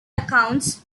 accounts